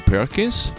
Perkins